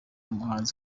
umuhanzi